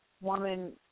woman